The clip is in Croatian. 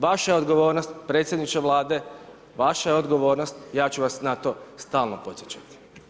Vaša je odgovornost predsjedniče Vlade, vaša je odgovornost, ja ću vas na to stalno podsjećati.